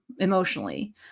emotionally